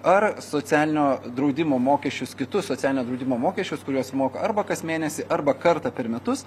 ar socialinio draudimo mokesčius kitus socialinio draudimo mokesčius kuriuos moka arba kas mėnesį arba kartą per metus